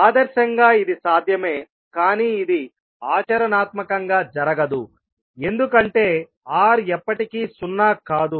ఆదర్శంగా ఇది సాధ్యమే కాని ఇది ఆచరణాత్మకంగా జరగదు ఎందుకంటే r ఎప్పటికీ సున్నా కాదు